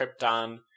Krypton